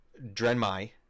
Drenmai